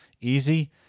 easy